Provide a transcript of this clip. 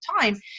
time